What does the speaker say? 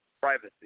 privacy